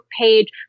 page